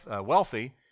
wealthy